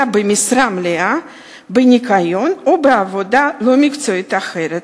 במשרה מלאה בניקיון או בעבודה לא מקצועית אחרת.